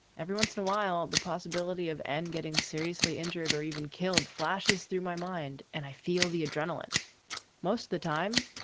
every once in awhile, the possibility of and getting seriously injured or even killed flashes through my mind and i feel the adrenaline most of the time.